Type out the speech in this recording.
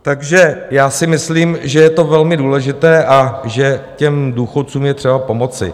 Takže já si myslím, že je to velmi důležité a že těm důchodcům je třeba pomoci.